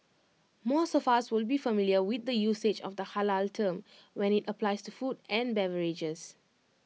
most of us will be familiar with the usage of the Halal term when IT applies to food and beverages